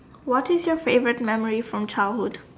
what is your favorite memory from childhood